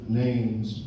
names